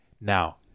now